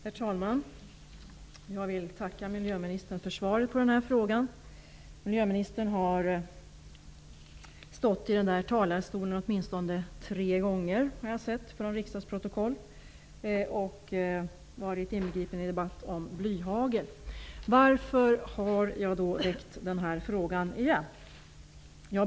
Herr talman! Jag vill tacka miljöministern för svaret på den här frågan. Jag har sett av riksdagsprotokoll att miljöministern har stått i den här talarstolen åtminstone tre gånger och varit inbegripen i debatt om blyhagel. Varför har jag då ställt den här frågan igen?